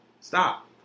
Stop